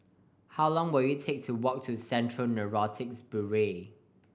how long will it take to walk to Central Narcotics Bureau